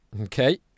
Okay